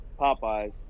Popeyes